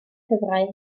cyfraith